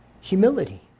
Humility